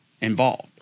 involved